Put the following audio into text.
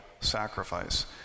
sacrifice